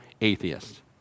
atheists